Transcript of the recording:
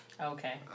Okay